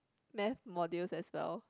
math modules as well